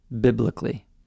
biblically